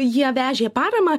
jie vežė paramą